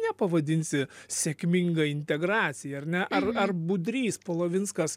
nepavadinsi sėkminga integracija ar ne ar ar budrys polovinskas